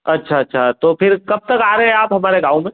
अच्छा अच्छा तो फिर कब तक आ रहे हैं आप हमारे गाँव में